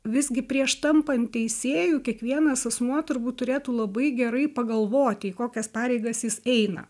visgi prieš tampant teisėju kiekvienas asmuo turbūt turėtų labai gerai pagalvoti į kokias pareigas jis eina